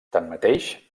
tanmateix